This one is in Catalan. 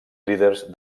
líders